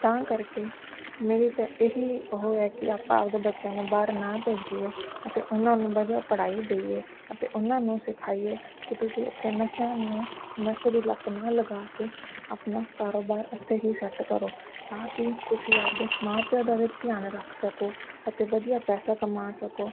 ਤਾਂ ਕਰਕੇ ਮੇਰੀ ਤਾਂ ਇਹ ਹੀ ਉਹ ਹੈ ਕਿ ਆਪਾਂ ਆਪਣੇ ਬੱਚਿਆਂ ਨੂੰ ਬਾਹਰ ਨਾ ਭੇਜੀਏ ਅਤੇ ਉਹਨਾਂ ਨੂੰ ਵਧੀਆ ਪੜ੍ਹਾਈ ਦੇਈਏ ਅਤੇ ਉਹਨਾਂ ਨੂੰ ਸਿਖਾਈਏ ਕਿ ਤੁਸੀਂ ਇੱਥੇ ਨਸ਼ਿਆਂ ਨੂੰ ਨਸ਼ੇ ਦੀ ਲਤ ਨਾ ਲਗਾ ਕੇ ਆਪਣਾ ਕਾਰੋਬਾਰ ਇੱਥੇ ਹੀ ਸੈੱਟ ਕਰੋ ਤਾਂ ਕਿ ਤੁਸੀਂ ਆਪਣੇ ਮਾਂ ਪਿਓ ਦਾ ਵੀ ਧਿਆਨ ਰੱਖ ਸਕੋ ਅਤੇ ਵਧੀਆ ਪੈਸਾ ਕਮਾ ਸਕੋ